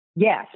Yes